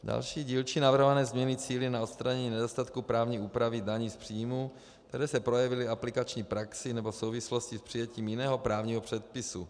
Další dílčí navrhované změny cílí na odstranění nedostatku právní úpravy daní z příjmů, které se projevily aplikační praxí nebo v souvislosti s přijetím jiného právního předpisu.